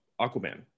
Aquaman